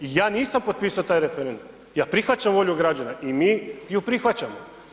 I ja nisam potpisao taj referendum, ja prihvaćam volju građana i mi ju prihvaćamo.